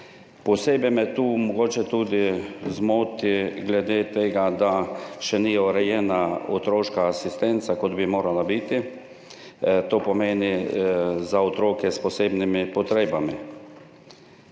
Posebej me tu mogoče zmoti tudi to, da še ni urejena otroška asistenca, kot bi morala biti, to pomeni za otroke s posebnimi potrebami.